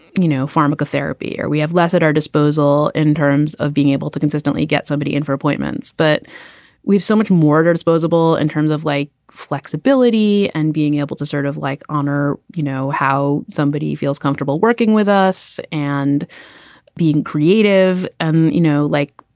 you know, pharmacotherapy or we have less at our disposal in terms of being able to consistently get somebody in for appointments. but we've so much more disposable in terms of like flexibility and being able to sort of like honor, you know, how somebody feels comfortable working with us and being creative. and, you know, like,